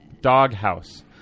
Doghouse